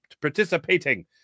participating